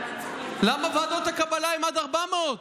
למה ועדות הקבלה הן עד 400?